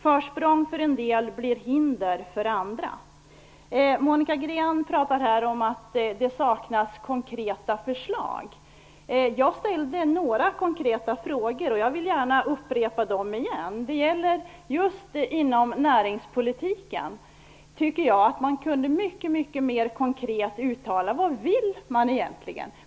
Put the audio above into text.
Försprång för en del blir hinder för andra. Monica Green pratar om att det saknas konkreta förslag. Jag har ställt några konkreta frågor, och jag vill gärna upprepa dem. Den ena gäller näringspolitiken, där jag tycker att man mycket mer konkret kunde uttala vad man egentligen vill.